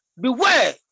Beware